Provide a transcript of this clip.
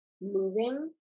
moving